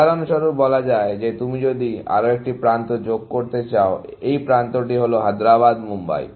উদাহরণস্বরূপ বলা যায় তুমি যদি আরও একটি প্রান্ত যোগ করতে চাওএই প্রান্তটি হলো হায়দ্রাবাদ মুম্বাই